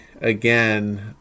again